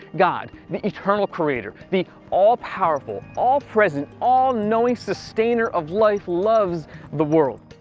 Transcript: god the eternal creator, the all powerful all present, all knowing, sustainer of life, loves the world.